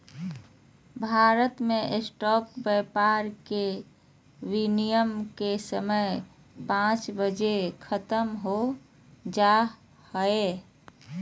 भारत मे स्टॉक व्यापार के विनियम के समय पांच बजे ख़त्म हो जा हय